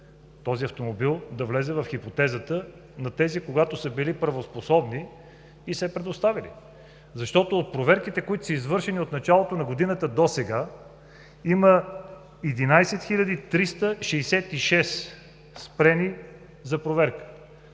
този автомобил да влезе в хипотезата на тези, когато са били правоспособни и са я предоставили. От проверките, извършени от началото на годината досега, има 11 366 спрени за проверка.